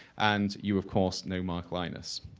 and, you of course know mark lynas.